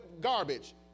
garbage